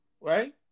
Right